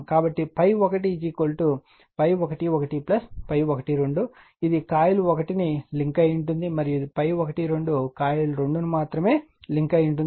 కాబట్టి ∅1 ∅11 ∅12 ఇది కాయిల్ 1ను లింక్ అయి ఉంటుంది మరియు ∅12 కాయిల్ 2 ని మాత్రమే లింక్ అయి ఉంటుంది